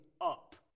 up